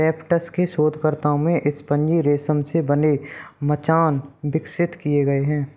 Tufts के शोधकर्ताओं ने स्पंजी रेशम से बने मचान विकसित किए हैं